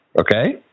okay